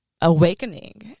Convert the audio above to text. awakening